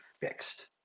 fixed